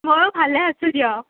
ময়ো ভালে আছো দিয়ক